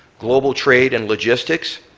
global trade and logistics,